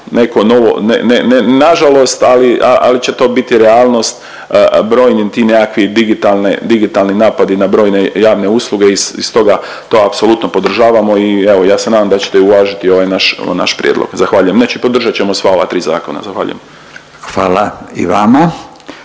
ne, ne, nažalost, ali, ali će to biti realnost brojni ti nekakvi digitalni, digitalni napadi na brojne javne usluge i stoga to apsolutno podržavamo i evo ja se nadam da ćete uvažiti ovaj naš, ovaj naš prijedlog, zahvaljujem, znači podržat ćemo sva ova tri zakona, zahvaljujem. **Radin,